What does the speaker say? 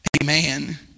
Amen